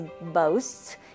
boasts